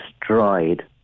destroyed